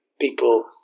people